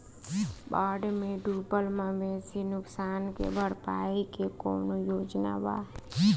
बाढ़ में डुबल मवेशी नुकसान के भरपाई के कौनो योजना वा?